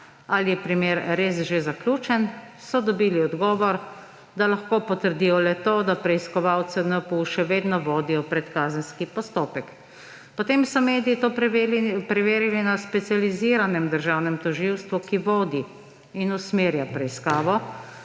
ali je primer res že zaključen, so dobili odgovor, da lahko potrdijo le to, da preiskovalci NPU še vedno vodijo predkazenski postopek. Potem so mediji to preverili na Specializiranem državnem tožilstvu, ki vodi in usmerja preiskavo.